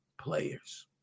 players